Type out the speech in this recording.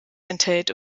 enthält